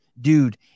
Dude